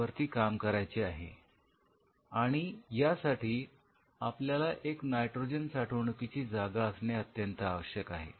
तरी यासाठी आपल्याला एक नायट्रोजन साठवणुकीची जागा असणे अत्यंत आवश्यक आहे